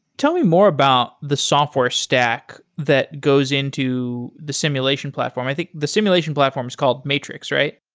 tell me more about the software stack that goes into the simulation platform. i think the simulation platform is called matrix, right?